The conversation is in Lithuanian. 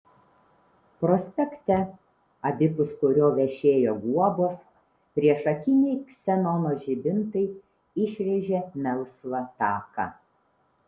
prospekte abipus kurio vešėjo guobos priešakiniai ksenono žibintai išrėžė melsvą taką